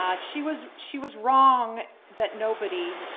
um she was she was wrong that nobody,